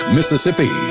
Mississippi